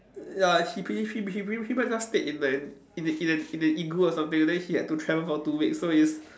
ya he pretty he pretty pretty much just stayed in a in a in a in a igloo or something then he had to travel for two weeks so it's